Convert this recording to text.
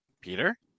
Peter